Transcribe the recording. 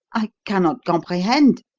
i cannot comprehend.